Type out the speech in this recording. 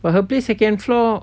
but her place second floor